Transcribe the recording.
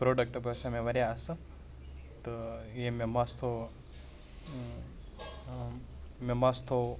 product باسیٚو مےٚ واریاہ اصٕل تہٕ ییٚمۍ مےٚ مَس تھوٗو مےٚ مس تھوٗو